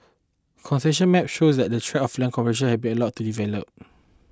concession maps show that the tracts of land compassion have been allowed to develop